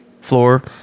floor